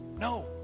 No